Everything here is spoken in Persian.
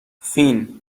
فین